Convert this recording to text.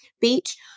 beach